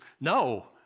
No